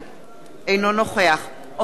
אינו נוכח אופיר אקוניס,